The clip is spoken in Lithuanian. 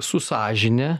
su sąžine